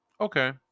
Okay